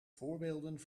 voorbeelden